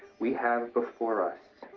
we have before us